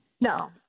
No